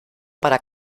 para